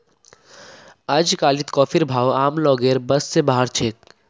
अजकालित कॉफीर भाव आम लोगेर बस स बाहर छेक